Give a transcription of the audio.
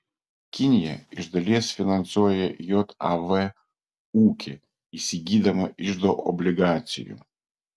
kinija iš dalies finansuoja jav ūkį įsigydama iždo obligacijų